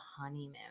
honeymoon